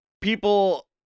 people